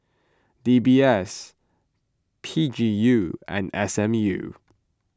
D B S P G U and S M U